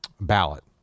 ballot